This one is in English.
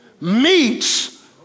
meets